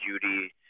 Judy